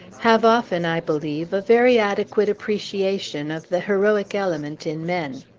have often, i believe, a very adequate appreciation of the heroic element in men.